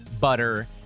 butter